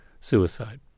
suicide